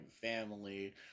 family